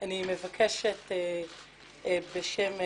אני מבקשת בשם נפתלי,